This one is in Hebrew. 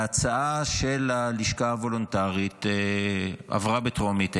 ההצעה של הלשכה הוולונטרית עברה בקריאה טרומית,